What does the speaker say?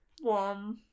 One